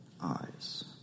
eyes